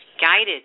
guided